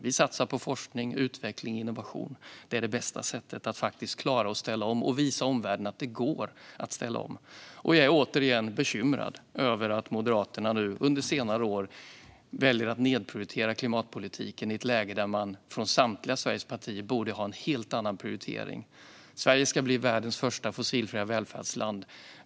Vi satsar på forskning, utveckling och innovation. Det är det bästa sättet att klara omställningen och visa omvärlden att det går att ställa om. Återigen: Jag är bekymrad över att Moderaterna på senare år har valt att nedprioritera klimatpolitiken i ett läge då samtliga Sveriges partier borde ha en helt annan prioritering. Sverige ska bli världens första fossilfria välfärdsland.